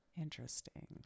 Interesting